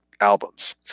albums